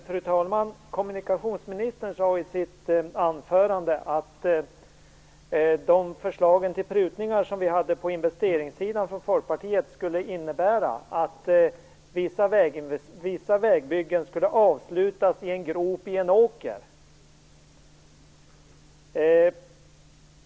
Fru talman! Kommunikationsministern sade i sitt anförande att Folkpartiets förslag till prutningar på investeringssidan skulle innebära att vissa vägbyggen avslutades i en grop i en åker.